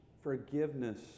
forgiveness